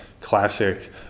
classic